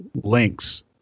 links